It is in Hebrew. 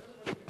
ה-50,